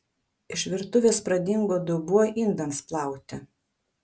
iš virtuvės pradingo dubuo indams plauti